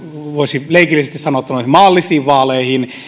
voisi leikillisesti sanoa maallisiin vaaleihin